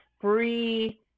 free